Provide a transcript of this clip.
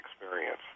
experience